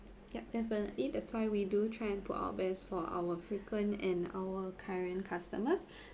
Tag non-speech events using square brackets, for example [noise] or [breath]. yup definitely that's why we do try and put our best for our frequent and our current customers [breath]